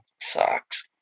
sucks